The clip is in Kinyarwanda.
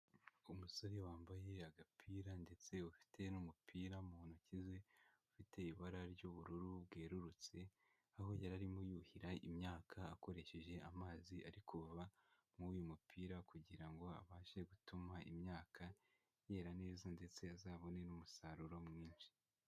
Umusore wambaye agapira ndetse ufite n'umupira mu ntoki ze ufite ibara ry'ubururu bwerurutse, aho yari arimo yuhira imyaka akoresheje amazi ari kuva mu uyu mupira kugira ngo abashe gutuma imyaka yera neza ndetse azabone n'umusaruro mwinshi.